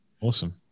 Awesome